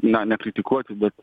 na ne kritikuoti bet